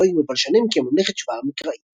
ארכאולוגים ובלשנים כממלכת שבא המקראית.